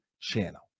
channel